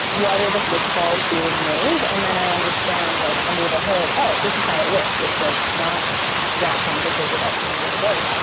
what are the sys calls being made? and then i understand like, under the hood, oh, this is how it works. it's like not that complicated at the end of the day